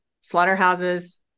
slaughterhouses